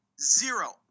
zero